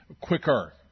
quicker